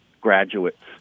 graduates